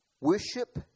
Worship